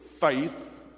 Faith